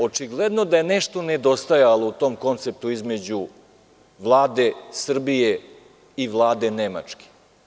Očigledno da je nešto nedostajalo u tom konceptu između Vlade Srbije i Vlade Nemačke.